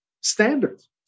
standards